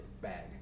bag